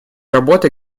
работы